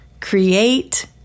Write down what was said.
create